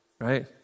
Right